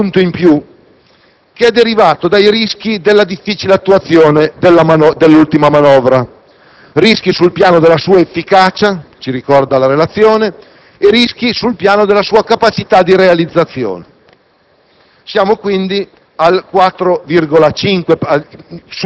Il Documento sostiene anche che bisogna calcolare mezzo punto in più, derivato dai rischi della difficile attuazione dell'ultima manovra, sia sul piano della sua efficacia - ci ricorda la relazione - sia sul piano della sua capacità di realizzazione.